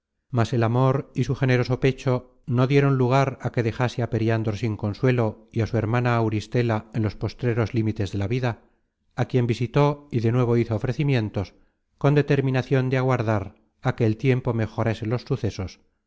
mas el amor y su generoso pecho no dieron lugar á que dejase á periandro sin consuelo y á su hermana auristela en los postreros límites de la vida á quien visitó y de nuevo hizo ofrecimientos con determinacion de aguardar á que el tiempo mejorase los sucesos